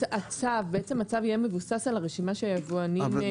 --- הצו יהיה מבוסס על הרשימה שהיבואנים ימסרו?